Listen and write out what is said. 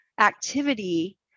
activity